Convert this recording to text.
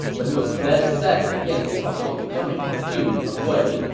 but he was dead set against cao cao becoming the duke of wei,